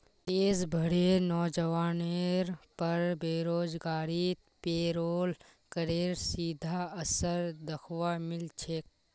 देश भरेर नोजवानेर पर बेरोजगारीत पेरोल करेर सीधा असर दख्वा मिल छेक